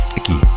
aqui